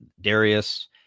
darius